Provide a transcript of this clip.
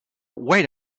wait